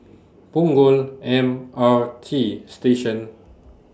Punggol M R T Station